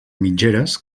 mitgeres